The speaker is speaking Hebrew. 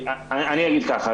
אני אגיד ככה,